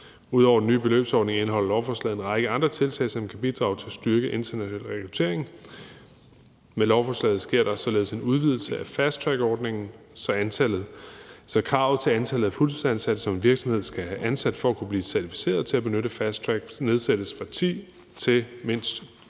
Ud over den nye beløbsordning indeholder lovforslaget en række andre tiltag, som kan bidrage til at styrke international rekruttering. Med lovforslaget sker der således en udvidelse af fasttrackordningen, så kravet til antallet af fuldtidsansatte, som en virksomhed skal have ansat for at kunne blive certificeret til at benytte fasttrack, nedsættes fra 20 til mindst